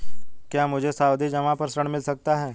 क्या मुझे सावधि जमा पर ऋण मिल सकता है?